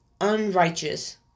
unrighteous